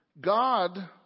God